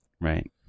Right